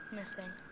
Missing